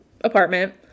apartment